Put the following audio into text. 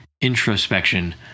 introspection